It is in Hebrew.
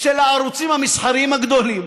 של הערוצים המסחריים הגדולים,